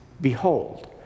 behold